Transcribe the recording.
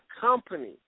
company